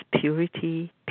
purity